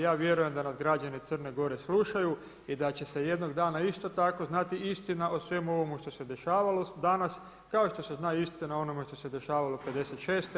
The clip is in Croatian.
Ja vjerujem da nas građani Crne Gore slušaju i da će se jednog dana isto tako znati istina o svemu ovome što se dešavalo danas kao što se zna istina o onome što se dešavalo '56. i '68. godine.